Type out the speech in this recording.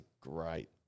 great